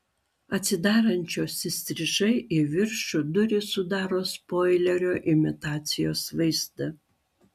atsidarančios įstrižai į viršų durys sudaro spoilerio imitacijos vaizdą